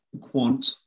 quant